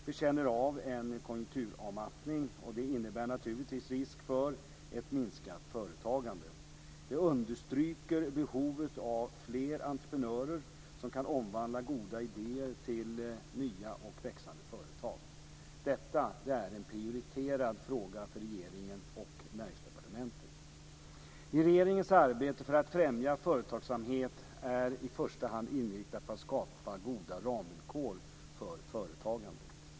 Vi känner av en konjunkturavmattning och det innebär naturligtvis risk för ett minskat företagande. Det understryker behovet av fler entreprenörer som kan omvandla goda idéer till nya och växande företag. Detta är en prioriterad fråga för regeringen och Näringsdepartementet. Regeringens arbete för att främja företagsamhet är i första hand inriktat på att skapa goda ramvillkor för företagandet.